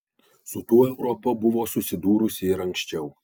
su tuo europa buvo susidūrusi ir anksčiau